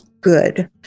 Good